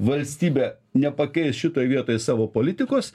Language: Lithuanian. valstybė nepakeis šitoj vietoj savo politikos